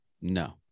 No